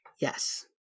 Yes